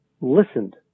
listened